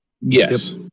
yes